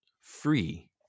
free